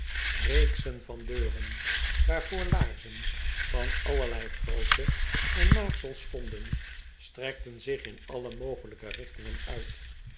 reeksen van deuren waarvoor laarzen van allerlei grootte en maaksel stonden strekten zich in alle mogelijke richtingen uit